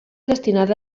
destinada